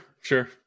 sure